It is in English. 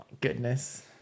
Goodness